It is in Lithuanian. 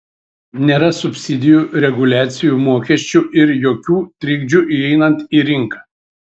nėra subsidijų reguliacijų mokesčių ir jokių trikdžių įeinant į rinką